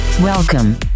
Welcome